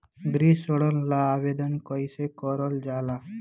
गृह ऋण ला आवेदन कईसे करल जाला?